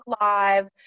Live